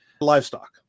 livestock